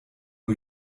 new